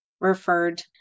referred